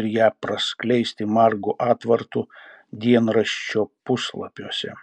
ir ją praskleisti margu atvartu dienraščio puslapiuose